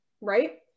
right